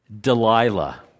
Delilah